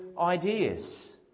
ideas